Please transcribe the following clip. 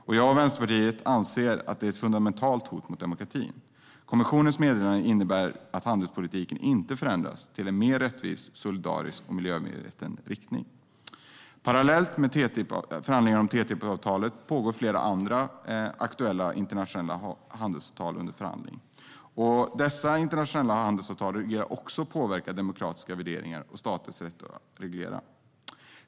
Jag och Vänsterpartiet anser att detta är ett fundamentalt hot mot demokratin. Kommissionens meddelande innebär att handelspolitiken inte förändras i en mer rättvis, solidarisk och miljömedveten riktning. Parallellt med förhandlingarna om TTIP-avtalet finns flera andra aktuella internationella handelsavtal under förhandling. Dessa avtal riskerar också att påverka demokratiska värderingar och staters rätt att reglera.